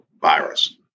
virus